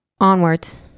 onwards